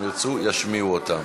אם ירצו ישמיעו אותן.